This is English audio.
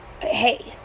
Hey